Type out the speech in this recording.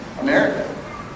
America